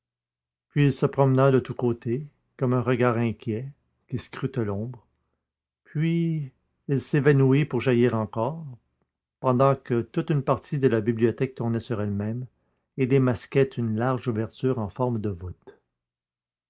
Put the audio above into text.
puis il se promena de tous côtés comme un regard inquiet qui scrute l'ombre puis il s'évanouit pour jaillir encore pendant que toute une partie de la bibliothèque tournait sur elle-même et démasquait une large ouverture en forme de voûte